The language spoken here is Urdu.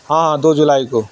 ہاں دو جولائی کو